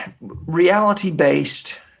Reality-based